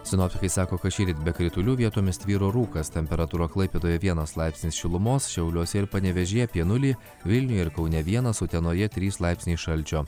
sinoptikai sako kad šįryt be kritulių vietomis tvyro rūkas temperatūra klaipėdoje vienas laipsnis šilumos šiauliuose ir panevėžyje apie nulį vilniuje ir kaune vienas utenoje trys laipsniai šalčio